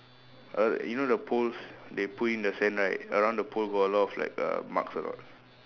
uh you know the poles they put in the sand right around the pole got a lot of like uh marks or not